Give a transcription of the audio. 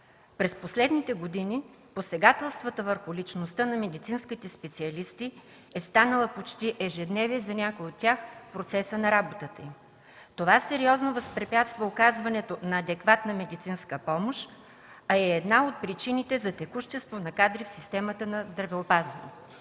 През последните години посегателствата върху личността на медицинските специалисти е станала почти ежедневие за някои от тях в процеса на работата им. Това сериозно възпрепятства оказването на адекватна медицинска помощ, а е и една от причините за текучество на кадри в системата на здравеопазването.